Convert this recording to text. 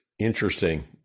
Interesting